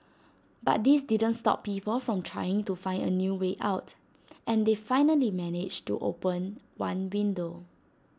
but this didn't stop people from trying to find A way out and they finally managed to open one bindow